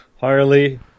Harley